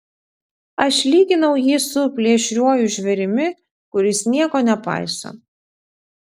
aš lyginau jį su plėšriuoju žvėrimi kuris nieko nepaiso